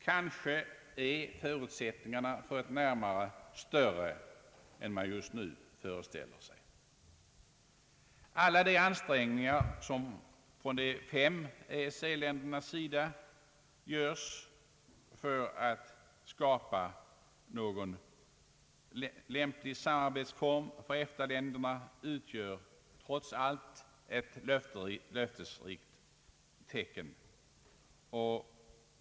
Kanske är förutsättningarna för ett närmande större än man just nu föreställer sig. Alla de ansträngningar som de fem EEC-länderna gör för att skapa någon lämplig samarbetsform för EFTA-länderna utgör trots allt ett löftesrikt tecken.